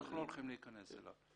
אנחנו לא הולכים להיכנס אליו.